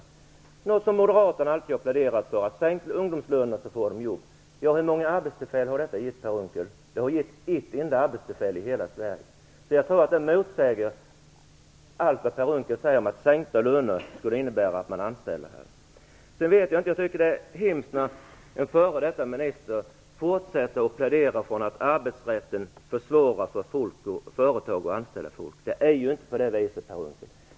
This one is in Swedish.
Det är något som moderaterna alltid har pläderat för. Sänk ungdomslönerna så får de jobb! Hur många arbetstillfällen har detta gett, Per Unckel? Det har gett ett enda arbetstillfälle i hela Sverige. Jag tror att det motsäger allt vad Per Unckel säger om att sänkta löner skulle innebära att man anställer människor. Jag tycker att det är hemskt när en f.d. minister fortsätter att plädera för att arbetsrätten försvårar för företag att anställa folk. Det är inte på det viset, Per Unckel.